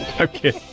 Okay